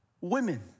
women